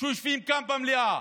שיושבים כאן במליאה.